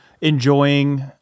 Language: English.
enjoying